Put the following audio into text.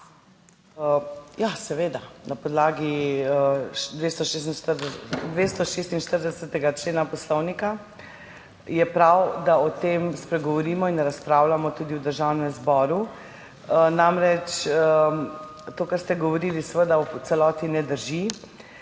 na podlagi 246. člena Poslovnika je prav, da o tem spregovorimo in razpravljamo tudi v Državnem zboru. To, kar ste govorili, seveda ne drži